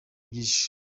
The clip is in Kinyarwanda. byinshi